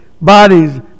bodies